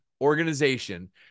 organization